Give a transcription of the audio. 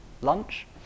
Lunch